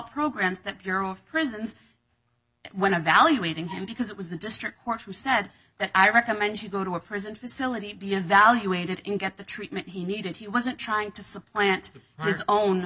programs that bureau of prisons when evaluating him because it was the district court who said that i recommend you go to a prison facility be evaluated in get the treatment he needed he wasn't trying to supplant